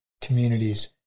communities